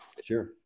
Sure